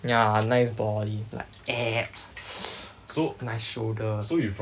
ya nice body like abs my shoulder